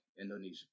Indonesia